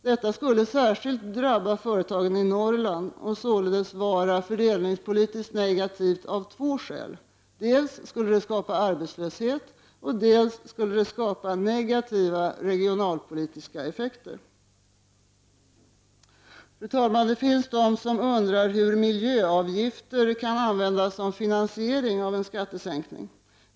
Detta skulle särskilt drabba företagen i Norrland och således vara fördelningspolitiskt negativt av två skäl. Dels skulle det skapa arbetslöshet, dels skulle det skapa negativa regionalpolitiska effekter. Fru talman! Det finns de som undrar hur miljöavgifter kan användas som finansiering av en skattesänkning.